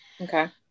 okay